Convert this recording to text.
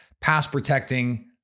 pass-protecting